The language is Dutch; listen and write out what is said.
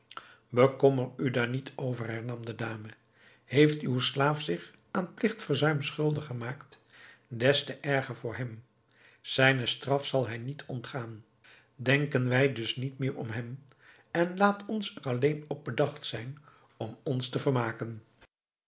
bekommer u daar niet over hernam de dame heeft uw slaaf zich aan pligtverzuim schuldig gemaakt des te erger voor hem zijne straf zal hij niet ontgaan denken wij dus niet meer om hem en laat ons er alleen op bedacht zijn om ons te vermaken